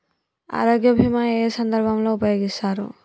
ఆరోగ్య బీమా ఏ ఏ సందర్భంలో ఉపయోగిస్తారు?